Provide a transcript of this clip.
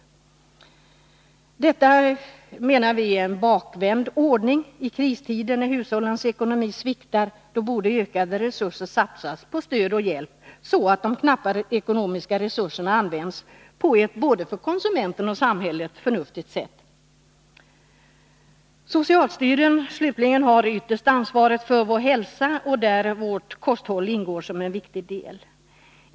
Vi menar att detta är en bakvänd ordning. I kristider, när hushållens ekonomi sviktar, borde ökade resurser satsas på stöd och hjälp, så att de knappa ekonomiska resurserna används på ett för både konsumenten och samhället förnuftigt sätt. Socialstyrelsen, slutligen, har det yttersta ansvaret för vår hälsa, och kosthållet är i det sammanhanget en viktig aspekt.